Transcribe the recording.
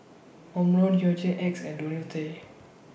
Omron Hygin X and Ionil T